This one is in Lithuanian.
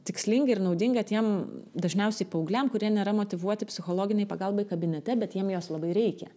tikslinga ir naudinga tiem dažniausiai paaugliams kurie nėra motyvuoti psichologinei pagalbai kabinete bet jiem jos labai reikia